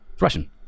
russian